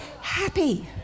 happy